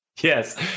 Yes